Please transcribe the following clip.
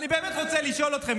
אני באמת רוצה לשאול אתכם,